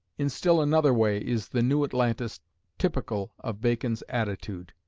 in still another way is the new atlantis typical of bacon's attitude.